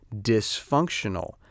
dysfunctional